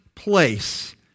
place